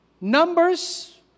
numbers